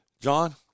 John